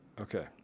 Okay